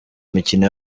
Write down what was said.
imikino